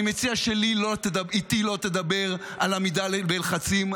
מציע שאיתי לא תדבר על עמידה בלחצים,